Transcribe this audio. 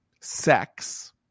sex